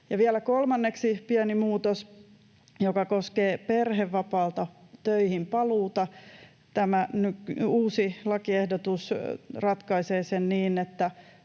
kolmanneksi pieni muutos, joka koskee perhevapaalta töihin paluuta. Tämä uusi lakiehdotus ratkaisee sen niin,